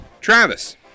Travis